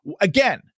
again